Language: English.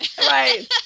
Right